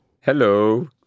Hello